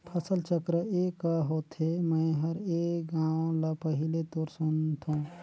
फसल चक्र ए क होथे? मै हर ए नांव ल पहिले तोर सुनथों